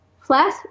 Flash